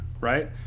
right